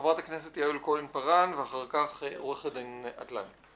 חברת הכנסת יעל כהן-פארן, ואחר כך עורך הדין אטלן.